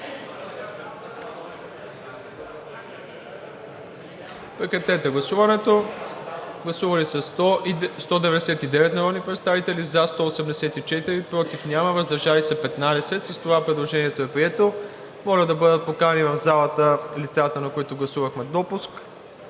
предложение. Гласували 199 народни представители: за 184, против няма, въздържали се 15. Предложението е прието. Моля да бъдат поканени в залата лицата, на които гласувахме допуск.